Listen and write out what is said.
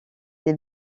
des